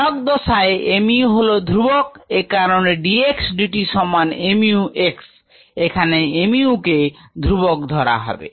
log দশায় mu হলো ধ্রুবক একারণে dx dt সমান mu x এখানে mu কে ধ্রুবক ধরা হবে